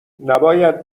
نباید